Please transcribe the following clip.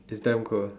it's damn cool